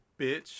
bitch